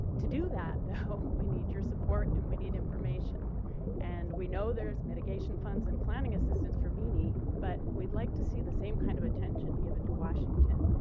to do that though we need your support and we need information and we know there are mitigation funds and planning assistance for meany but we would like to see the same kind of attention given to washington.